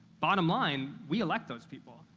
bottom line we elect those people.